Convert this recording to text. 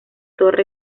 torre